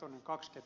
kyllä ed